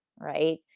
right